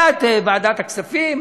היה ועדת הכספים,